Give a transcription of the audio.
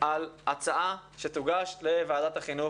על הצעה שתוגש לוועדת החינוך.